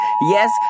Yes